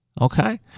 Okay